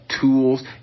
Tools